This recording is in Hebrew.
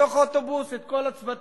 הביא באוטובוס את כל הצוותים,